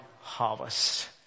harvest